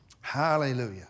Hallelujah